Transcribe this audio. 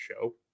show